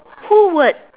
who would